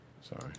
Sorry